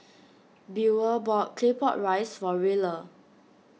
Buel bought Claypot Rice for Rilla